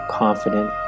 confident